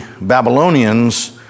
Babylonians